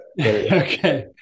Okay